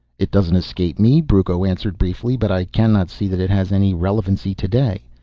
it doesn't escape me, brucco answered briefly, but i cannot see that it has any relevancy today.